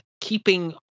keeping